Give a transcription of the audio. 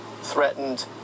threatened